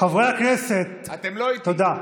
חברי הכנסת, תודה.